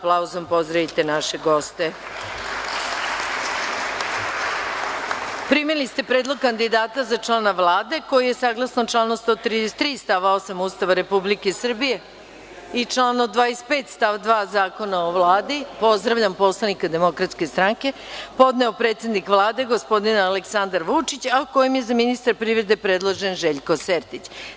Primili ste predlog kandidata za člana Vlade koji je saglasno članu 133. stav 8. Ustava Republike Srbije i člana 25. stav 2. Zakona o Vladi, pozdravljam poslanike DS, podneo predsednik Vlade, gospodin Aleksandar Vučić, a kojim je za ministra privrede predložen Željko Sertić.